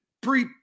pre